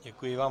Děkuji vám.